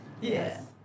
Yes